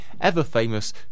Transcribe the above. ever-famous